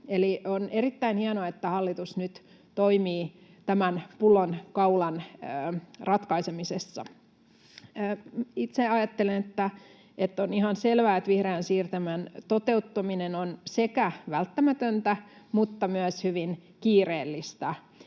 on erittäin hienoa, että hallitus nyt toimii tämän pullonkaulan ratkaisemisessa. Itse ajattelen, että on ihan selvää, että vihreän siirtymän toteuttaminen on sekä välttämätöntä että myös hyvin kiireellistä.